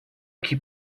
aqui